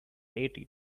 ate